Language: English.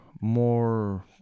more